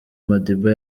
madiba